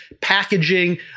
packaging